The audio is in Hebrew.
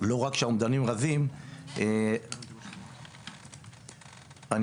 בהמשך לדו"ח השנתי של מבקר המדינה משנת 2023. השר יגיע לכאן בהמשך.